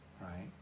right